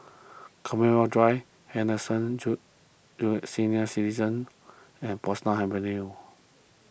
Commonwealth Drive Henderson Senior Citizens' and Portsdown Avenue